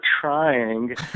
trying